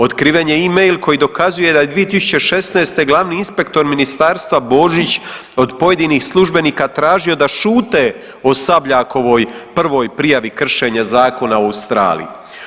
Otkriven je i mail koji dokazuje da je 2016. glavni inspektor ministarstva Božić od pojedinih službenika tražio da šute o Sabljakovoj prvoj prijavi kršenja zakona u Australiji.